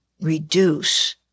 reduce